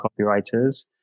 copywriters